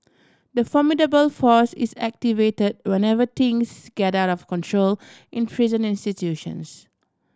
the formidable force is activated whenever things get out of control in prison institutions